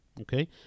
okay